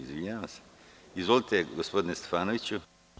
Izvolite, gospodine Stefanoviću.